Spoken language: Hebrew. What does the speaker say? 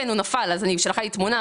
הוא נפל והיא שלחה לי תמונה.